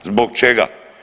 Zbog čega?